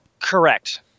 Correct